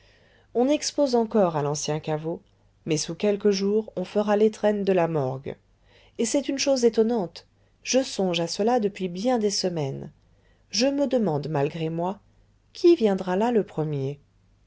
on expose encore à l'ancien caveau mais sous quelques jours on fera l'étrenne de la morgue et c'est une chose étonnante je songe à cela depuis bien des semaines je me demande malgré moi qui viendra là le premier